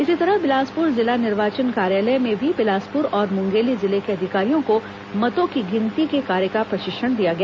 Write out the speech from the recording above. इसी तरह बिलासपुर जिला निर्वाचन कार्यालय में भी बिलासपुर और मुंगेली जिले के अधिकारियों को मतों की गिनती के कार्य का प्रशिक्षण दिया गया